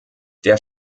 der